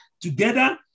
together